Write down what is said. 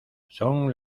son